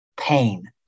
pain